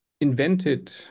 invented